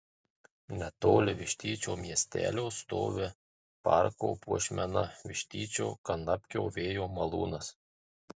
netoli vištyčio miestelio stovi parko puošmena vištyčio kanapkio vėjo malūnas